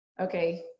okay